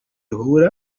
wabona